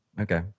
okay